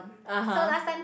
(uh huh)